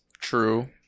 true